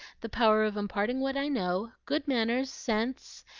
the power of imparting what i know, good manners, sense,